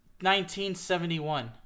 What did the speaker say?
1971